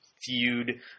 feud